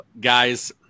guys